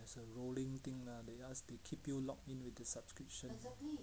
as a rolling thing lah they just they keep you locked in with the subscription